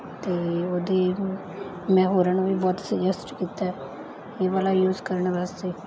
ਅਤੇ ਉਹਦੇ ਮੈਂ ਹੋਰਾਂ ਨੂੰ ਵੀ ਬਹੁਤ ਸੁਜੈਸਟ ਕੀਤਾ ਇਹ ਵਾਲਾ ਯੂਸ ਕਰਨ ਵਾਸਤੇ